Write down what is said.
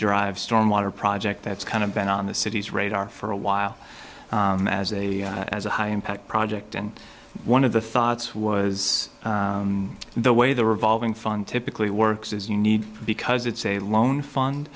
drive storm water project that's kind of been on the city's radar for a while as a as a high impact project and one of the thoughts was the way the revolving fund typically works is you need because it's a loan fund